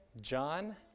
John